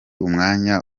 umwanya